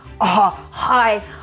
Hi